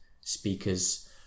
speakers